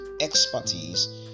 expertise